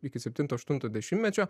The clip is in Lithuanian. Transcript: iki septinto aštunto dešimtmečio